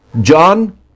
John